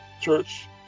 Church